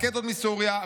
רקטות מסוריה,